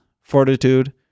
fortitude